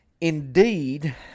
indeed